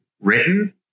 written